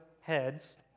heads